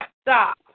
stop